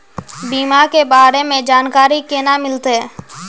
बीमा के बारे में जानकारी केना मिलते?